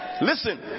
Listen